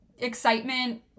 excitement